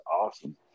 awesome